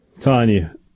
Tanya